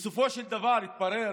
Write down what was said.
בסופו של דבר התברר